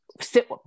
sit